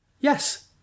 Yes